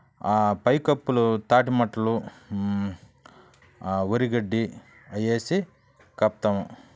పైకప్పులు తాటి మట్టలు ఆ వరి గడ్డి అవి వేసి కప్పుతాము